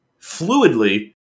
fluidly